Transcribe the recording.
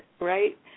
right